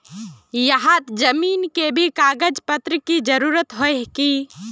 यहात जमीन के भी कागज पत्र की जरूरत होय है की?